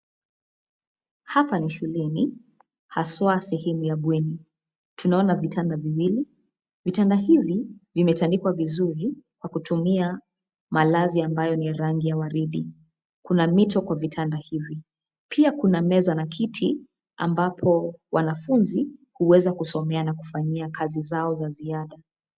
Hapa ni shuleni, haswaa sehemu ya bweni, tunaona vitanda viwili, vitanda hivi, vimetandikwa vizuri, kwa kutumia, malazi ambayo ni ya rangi ya waridi, kuna mito kwa vitanda hivi, pia kuna meza na kiti, ambapo, wanafunzi, huweza kusomea na kufanyia kazi zao za ziada.